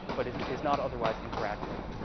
but is is not otherwise interactive.